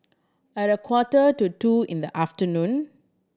at a quarter to two in the afternoon